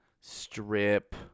Strip